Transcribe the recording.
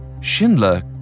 Schindler